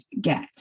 get